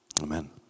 Amen